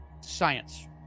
Science